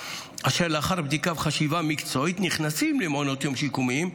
אשר לאחר בדיקה וחשיבה מקצועית נכנסים למעונות יום שיקומיים,